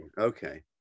okay